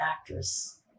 actress